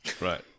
Right